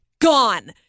gone